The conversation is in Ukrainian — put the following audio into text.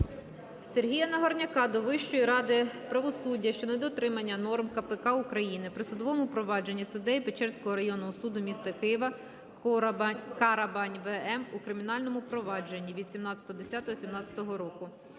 Сергія Нагорняка до Вищої ради правосуддя щодо недотримання норм КПК України при судовому провадженні суддею Печерського районного суду м. Києва Карабань В.М. у кримінальному провадженні від 17.10.2017 року.